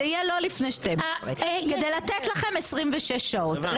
זה לא יהיה לפני 12:00, כדי לתת לכם 26 שעות.